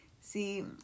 See